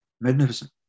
Magnificent